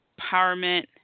empowerment